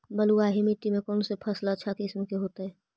बलुआही मिट्टी में कौन से फसल अच्छा किस्म के होतै?